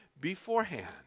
beforehand